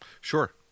sure